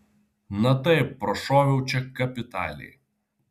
na taip prašoviau čia kapitaliai